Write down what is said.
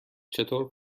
چطور